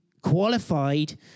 qualified